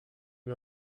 wir